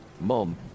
Mom